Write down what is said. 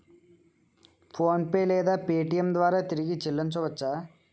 PhonePe లేదా Paytm ద్వారా తిరిగి చల్లించవచ్చ?